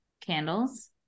candles